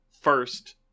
first